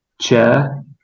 chair